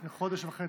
לפני חודש וחצי.